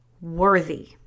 worthy